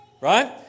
Right